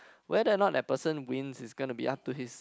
whether or not that person wins is gonna to be up to his